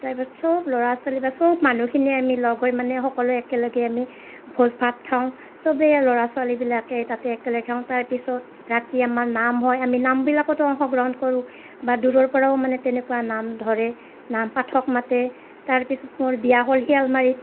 তাৰপাছত চব ল'ৰা ছোৱালী বা চব মানুহখিনিয়ে আমি লগ হৈ মানে সকলোৱে একেলগে আমি ভোজ ভাত খাওঁ চবেই ল'ৰা ছোৱালীবিলাকে তাতে একেলগ হওঁ তাৰপিছত ৰাতি আমাৰ নাম হয় আমি নামবিলাকত অংশগ্ৰহণ কৰোঁ বা দূৰৰ পৰাও মানে তেনেকুৱা নাম ধৰে নাম পাঠক মাতে তাৰ পিছত মোৰ বিয়া হ'ল শিয়ালমাৰীত